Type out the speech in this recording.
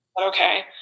okay